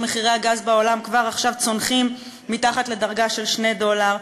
מחירי הגז בעולם כבר עכשיו צונחים מתחת לדרגה של 2 דולר?